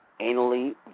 anally